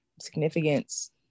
significance